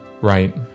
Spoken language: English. Right